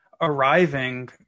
arriving